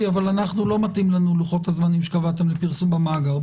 אבל לא מתאים לנו לוחות הזמנים שקבעתם לפרסום במאגר?